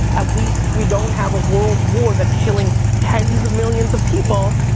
at least we don't have a world war that's killing tens of millions of people,